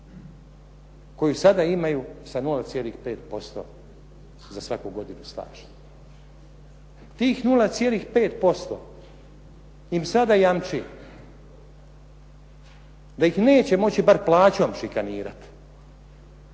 koju sada imaju sa 0,5% za svaku godinu staža. Tih 0,5% im sada jamči da ih neće moći bar plaćom šikanirati,